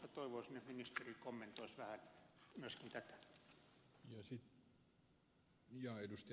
toivoisin että ministeri kommentoisi vähän myöskin tätä